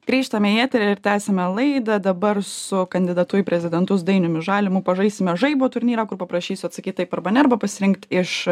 grįžtame į eterį ir tęsiame laidą dabar su kandidatu į prezidentus dainiumi žalimu pažaisime žaibo turnyrą kur paprašysiu atsakyt taip arba ne arba pasirinkti iš